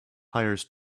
hires